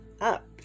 Up